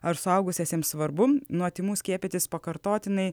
ar suaugusiesiems svarbu nuo tymų skiepytis pakartotinai